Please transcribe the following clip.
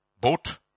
boat